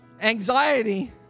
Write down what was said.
Anxiety